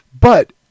But-